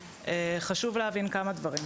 חשוב להבין כמה דברים.